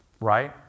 Right